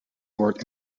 woord